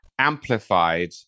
amplified